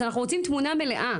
אז אנחנו רוצים תמונה מלאה,